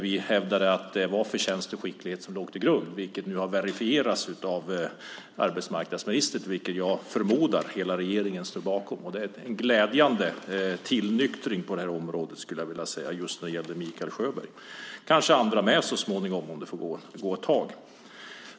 Vi hävdade att det var förtjänst och skicklighet som låg till grund. Det har nu verifierats av arbetsmarknadsministern, vilket jag förmodar att hela regeringen står bakom. Det är en glädjande tillnyktring på det här området, just vad gäller Mikael Sjöberg - kanske också andra så småningom när det har gått ett tag.